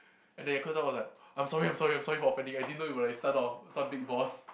and then cause I was like I'm sorry I'm sorry I'm sorry for offending you I didn't know you were like son of some big boss